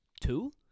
two